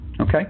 Okay